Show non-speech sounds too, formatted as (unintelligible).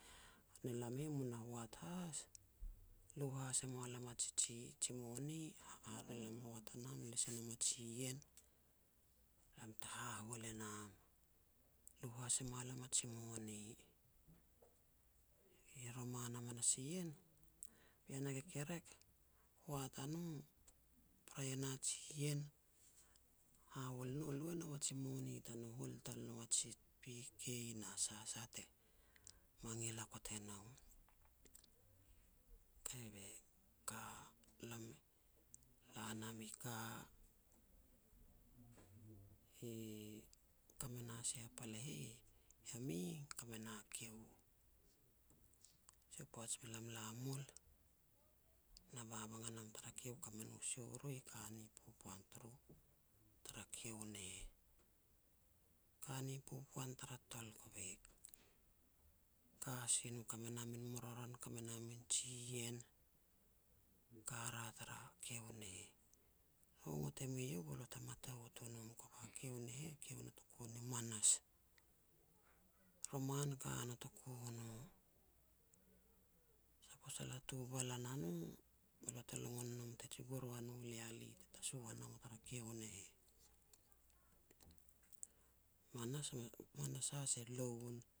Hare ne lam heh mu na hoat has, lu has e mua lam a ji-ji-ji moni, hare lam e hoat a nam, les e nam a jiien, be lam te hahual e nam, lu has e mua lam a ji moni. I roman hamas ien, pean a kekerek, hoat a no, prai e na jiien, hahol no lui e nau a ji moni tanou a ji pikei na sah sah e mangil hakot e nou. Kei, be ka (unintelligible) la nam i ka, i, ka me na sia pal e heh Yameng ka me na kiu. (noise) Sia u poaj be lam la mul, na babang a nam tara kiu kame nu sia u roi ka ni popoan turu, tara kiu ne heh. Ka ni popoan tara tol kove, ka si no ka me na min maroran, ka me na min jiien, ka ra tara kiu ne heh. Lo ngot e mue iau be lo te matout o nom, kova kiu ne heh kiu notoku ni manas. Roman ka notoku no. Sapos a latu e balan a no, be lo te longon e nom te tsigur wa no liale, te tasu wa nou tara kiu ne heh. (noise) Manas (hesitation) manas has e loun.